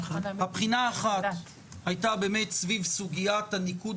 בחינה אחת הייתה סביב סוגיית הניקוד